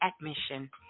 admission